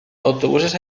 autobuses